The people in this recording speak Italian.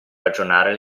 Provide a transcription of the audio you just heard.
ragionare